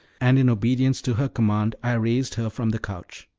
and in obedience to her command i raised her from the couch.